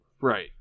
Right